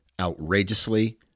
outrageously